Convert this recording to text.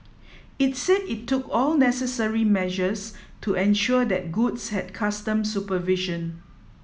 it said it took all necessary measures to ensure that goods had customs supervision